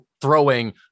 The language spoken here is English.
throwing